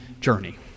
journey